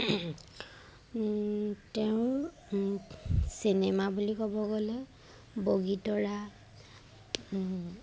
তেওঁৰ চিনেমা বুলি ক'ব গ'লে বগীতৰা